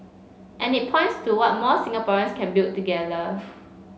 and it points to what more Singaporeans can build together